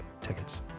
tickets